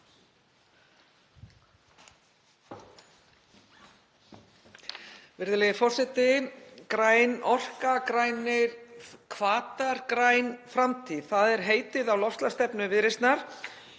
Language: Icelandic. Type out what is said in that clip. Virðulegi forseti. Græn orka, grænir hvatar, græn framtíð, það er heitið á loftslagsstefnu Viðreisnar.